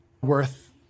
worth